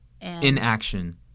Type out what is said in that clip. Inaction